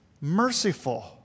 merciful